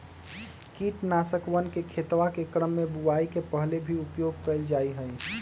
कीटनाशकवन के खेतवा के क्रम में बुवाई के पहले भी उपयोग कइल जाहई